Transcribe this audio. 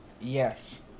Yes